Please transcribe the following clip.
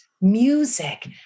music